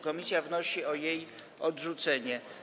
Komisja wnosi o jej odrzucenie.